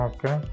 Okay